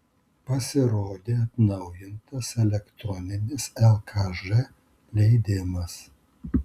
pasirodė atnaujintas elektroninis lkž leidimas